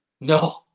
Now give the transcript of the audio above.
No